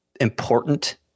important